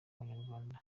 abanyarwanda